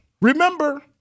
remember